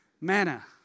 Manna